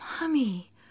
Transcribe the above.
mommy